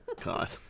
God